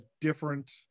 different